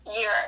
year